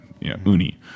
uni